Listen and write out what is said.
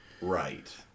right